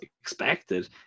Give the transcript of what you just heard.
expected